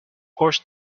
course